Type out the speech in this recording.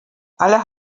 alle